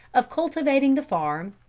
of cultivating the farm,